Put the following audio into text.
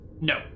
No